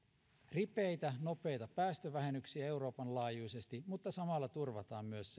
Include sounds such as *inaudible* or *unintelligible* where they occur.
ripeitä nopeita päästövähennyksiä tehdään euroopan laajuisesti mutta samalla turvataan myös *unintelligible*